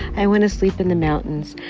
i want to sleep in the mountains.